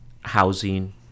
housing